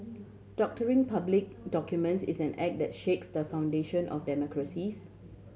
doctoring public documents is an act that shakes the foundation of democracies